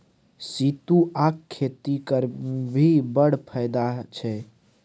सितुआक खेती करभी बड़ फायदा छै